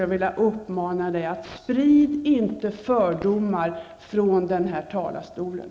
Jag vill uppmana Bert Karlsson att inte sprida fördomar från den här talarstolen.